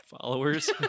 followers